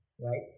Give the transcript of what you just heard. right